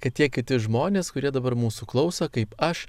kad tie kiti žmonės kurie dabar mūsų klauso kaip aš